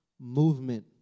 movement